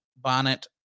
bonnet